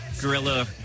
Gorilla